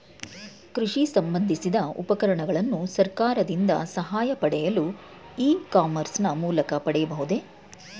ಕೃಷಿ ಸಂಬಂದಿಸಿದ ಉಪಕರಣಗಳನ್ನು ಸರ್ಕಾರದಿಂದ ಸಹಾಯ ಪಡೆಯಲು ಇ ಕಾಮರ್ಸ್ ನ ಮೂಲಕ ಪಡೆಯಬಹುದೇ?